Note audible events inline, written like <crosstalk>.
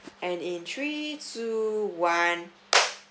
and in three two one <noise>